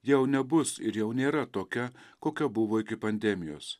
jau nebus ir jau nėra tokia kokia buvo iki pandemijos